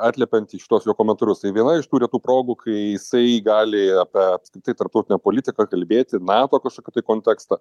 atliepiant į šituos jo komentarus tai viena iš tų retų progų kai jisai gali apie apskritai tarptautinę politiką kalbėti nato kažkokį tai kontekstą